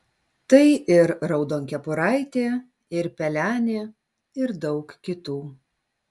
tai ir raudonkepuraitė ir pelenė ir daug kitų